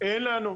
אין לנו.